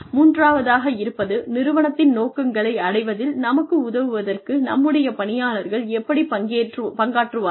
மூன்றாவதாக இருப்பது நிறுவனத்தின் நோக்கங்களை அடைவதில் நமக்கு உதவுவதற்கு நம்முடைய பணியாளர்கள் எப்படி பங்காற்றுவார்கள்